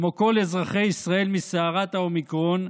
כמו כל אזרחי ישראל, מסערת האומיקרון,